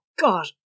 God